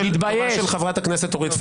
תוקפים חבר כנסת.